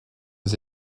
aux